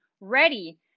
ready